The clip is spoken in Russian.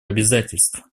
обязательств